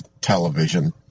television